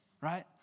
right